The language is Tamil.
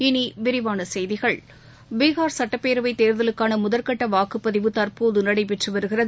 இனி விரிவான செய்திகள் பீஹார் சட்டப்பேரவை தேர்தலுக்கான முதல் கட்ட வாக்குப்பதிவு தற்போது நடைபெற்று வருகிறது